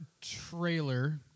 trailer